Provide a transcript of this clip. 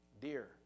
dear